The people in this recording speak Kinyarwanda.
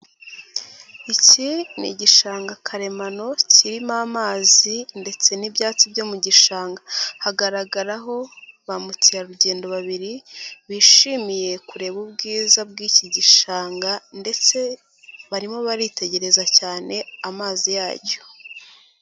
Iki ni igishanga karemano, kirimo amazi ndetse n'ibyatsi byo mu gishanga. Hagaragaraho ba mukerarugendo babiri, bishimiye kureba ubwiza bw'iki gishanga ndetse barimo baritegereza cyane amazi yacyo.